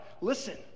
listen